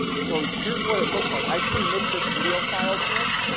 so here's what it looks like. i submit this video file to them,